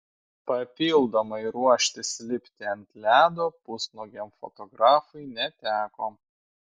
papildomai ruoštis lipti ant ledo pusnuogiam fotografui neteko